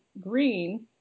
green